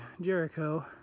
Jericho